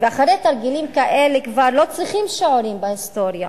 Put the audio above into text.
ואחרי תרגילים כאלה כבר לא צריכים שיעורים בהיסטוריה,